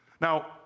Now